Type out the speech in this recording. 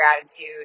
gratitude